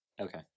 Okay